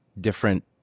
different